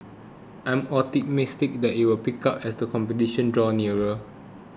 I am optimistic that it will pick up as the competition draw nearer